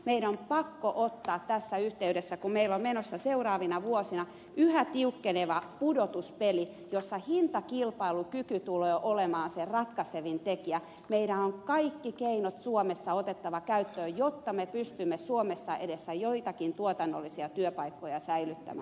meidän on pakko ottaa tässä yhteydessä kun meillä on menossa seuraavina vuosina yhä tiukkeneva pudotuspeli jossa hintakilpailukyky tulee olemaan se ratkaisevin tekijä kaikki keinot suomessa käyttöön jotta me pystymme suomessa edes joitakin tuotannollisia työpaikkoja säilyttämään